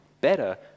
better